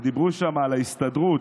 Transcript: ודיברו שם על ההסתדרות,